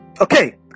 Okay